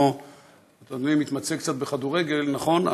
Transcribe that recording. אדוני מתמצא קצת בכדורגל, נכון?